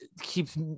keeps